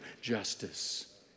justice